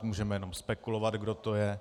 Můžeme jenom spekulovat, kdo to je.